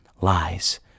lies